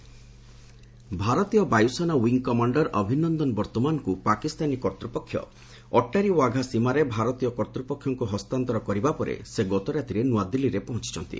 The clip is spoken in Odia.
ଅଭିନନ୍ଦନ ଇଣ୍ଡିଆ ଭାରତୀୟ ବାୟୁସେନା ୱିଙ୍ଗ୍ କମାଣ୍ଡର ଅଭିନନ୍ଦନ ବର୍ତ୍ମାନ୍ଙ୍କୁ ପାକିସ୍ତାନୀ କର୍ତ୍ତ୍ୱପକ୍ଷ ଅଟ୍ଟାରୀ ୱାଘା ସୀମାରେ ଭାରତୀୟ କର୍ତ୍ତ୍ୱପକ୍ଷଙ୍କୁ ହସ୍ତାନ୍ତର କରିବା ପରେ ସେ ଗତରାତିରେ ନୂଆଦିଲ୍ଲୀରେ ପହଞ୍ଚୁଛନ୍ତି